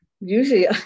usually